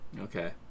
Okay